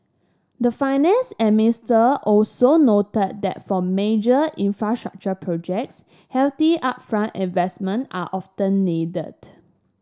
the finance an Mister also noted that for major infrastructure projects hefty upfront investment are often needed